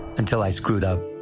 until i screwed up.